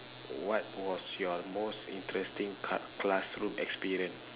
what was your most interesting cla~ classroom experience